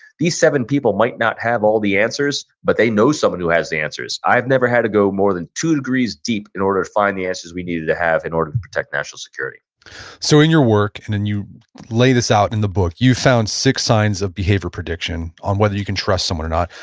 these seven people might not have all the answers, but they know someone who has the answers. i've never had to go more than two degrees deep in order to find the answers we needed to have in order to protect national security so in your work, and then you lay this out in the book, you found six signs of behavior prediction on whether you can trust someone or not.